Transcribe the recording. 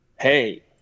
hey